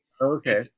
Okay